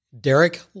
Derek